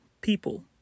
people